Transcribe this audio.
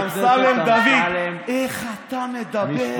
אמסלם דוד, איך אתה מדבר?